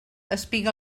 espiga